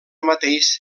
mateix